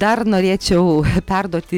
dar norėčiau perduoti